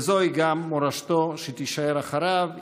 וזוהי גם מורשתו, שתישאר אחריו.